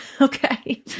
Okay